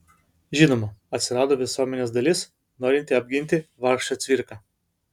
žinoma atsirado visuomenės dalis norinti apginti vargšą cvirką